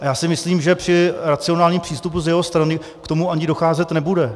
A já si myslím, že při racionálním přístupu z jeho strany k tomu ani docházet nebude.